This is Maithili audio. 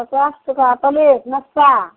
पचास टाका प्लेट नास्ता